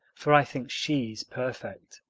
for i think she's perfect.